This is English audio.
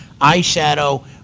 eyeshadow